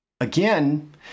again